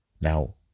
Now